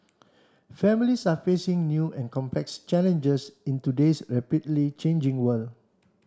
families are facing new and complex challenges in today's rapidly changing world